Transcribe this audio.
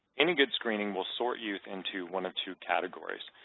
any good screening will sort youth into one of two categories.